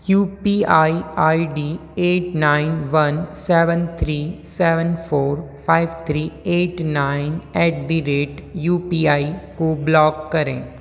you P I I D eight nine one seven three seven four five three eight nine at the rate U P I को block करें